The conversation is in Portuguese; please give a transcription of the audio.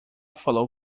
falou